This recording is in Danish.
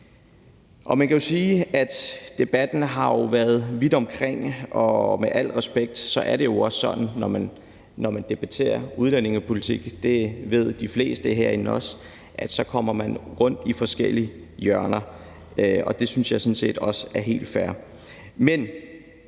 Man kan jo sige, at vi i debatten har været vidt omkring, og med al respekt er det jo også sådan, at man, når man debatterer udlændingepolitik – det ved de fleste herinde også – så kommer rundt i de forskellige hjørner, og det synes jeg også er helt fair. Men